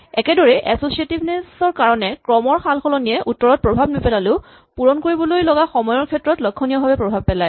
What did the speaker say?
এনেদৰেই এছচিয়েটিভনেচ ৰ কাৰণে ক্ৰমৰ সালসলনিয়ে উত্তৰত প্ৰভাৱ নেপেলালেও পূৰণ কৰিবলৈ লগা সময়ৰ ক্ষেত্ৰত লক্ষণীয়ভাৱে প্ৰভাৱ পেলায়